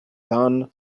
dawn